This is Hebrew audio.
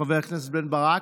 חבר הכנסת בן ברק,